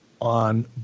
on